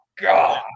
god